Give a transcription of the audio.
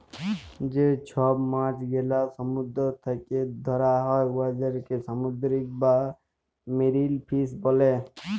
যে ছব মাছ গেলা সমুদ্দুর থ্যাকে ধ্যরা হ্যয় উয়াদেরকে সামুদ্দিরিক বা মেরিল ফিস ব্যলে